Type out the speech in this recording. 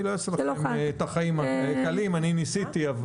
אני ניסיתי.